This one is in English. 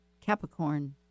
capricorn